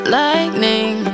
lightning